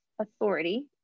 authority